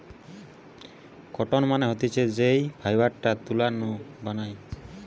cotton মানে হতিছে যেই ফাইবারটা তুলা নু বানায়